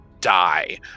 die